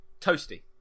toasty